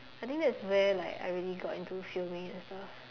I think that's where like I really got into filming and stuff